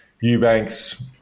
Eubanks